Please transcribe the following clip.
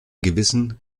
gewissen